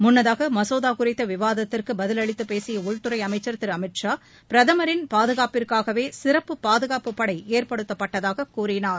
முன்னதாக மசோதா குறித்த விவாதத்திற்கு பதிலளித்து பேசிய உள்துறை அமைச்சர் திரு அமித் ஷா பிரதமரின் பாதுகாப்பிற்காகவே சிறப்பு பாதுகாப்பு படை ஏற்படுத்தப்பட்டதாக கூறினார்